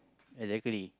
exactly